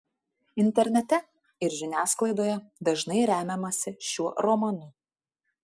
internete ir žiniasklaidoje dažnai remiamasi šiuo romanu